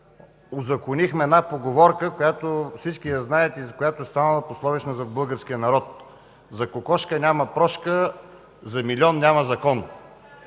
узаконихме една поговорка, която всички знаят и която е станала пословична за българския народ – „За кокошка няма прошка, за милион няма закон”.